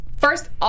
First